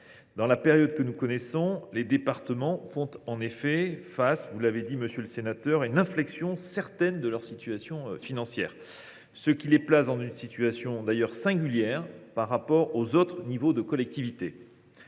Dans la période que nous connaissons, les départements font en effet face, vous l’avez dit, monsieur le sénateur, à une inflexion certaine de leur situation financière, ce qui les place d’ailleurs dans une situation singulière par rapport aux autres niveaux de collectivité.